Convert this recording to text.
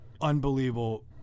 unbelievable